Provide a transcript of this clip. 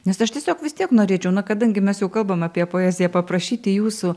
nes aš tiesiog vis tiek norėčiau na kadangi mes jau kalbam apie poeziją paprašyti jūsų